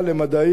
במדעים,